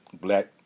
black